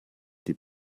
die